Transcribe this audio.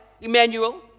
Emmanuel